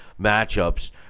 matchups